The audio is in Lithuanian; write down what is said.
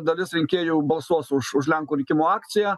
dalis rinkėjų balsuos už už lenkų rinkimų akciją